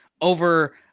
over